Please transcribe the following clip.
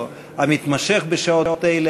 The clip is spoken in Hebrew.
או המתמשך בשעות אלה.